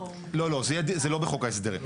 לא, לא, זה לא בחוק ההסדרים.